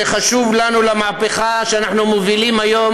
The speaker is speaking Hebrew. זה חשוב לנו למהפכה שאנחנו מובילים היום.